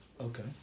Okay